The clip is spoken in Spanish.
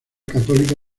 católica